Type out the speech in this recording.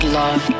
love